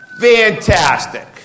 Fantastic